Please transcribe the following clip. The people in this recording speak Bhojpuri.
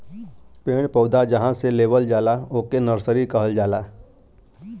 पेड़ पौधा जहां से लेवल जाला ओके नर्सरी कहल जाला